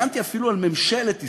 הגנתי אפילו על ממשלת ישראל.